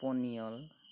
পনিয়ল